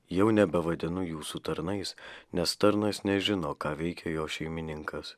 jau nebevadinu jūsų tarnais nes tarnas nežino ką veikia jo šeimininkas